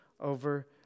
over